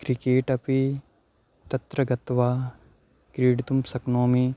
cricket अपि तत्र गत्वा क्रीडितुं शक्नोमि